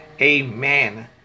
Amen